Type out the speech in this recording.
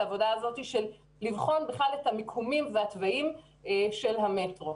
העבודה הזאת של בחינת המיקומים והתוואים של המטרו.